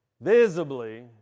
visibly